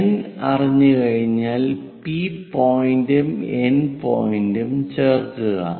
N അറിഞ്ഞുകഴിഞ്ഞാൽ P പോയിന്റും N പോയിന്റും ചേർക്കുക